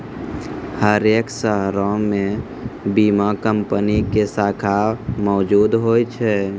हरेक शहरो मे बीमा कंपनी के शाखा मौजुद होय छै